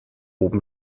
oben